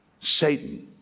Satan